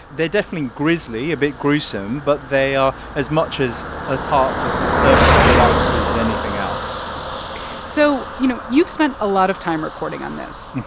they're definitely grisly, a bit gruesome, but they are as much as a part of the circle of life as anything else so, you know, you've spent a lot of time reporting on this.